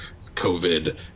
COVID